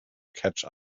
catch